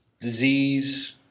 Disease